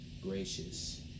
gracious